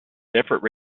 different